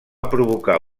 provocar